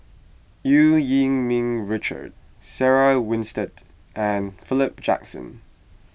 Eu Yee Ming Richard Sarah Winstedt and Philip Jackson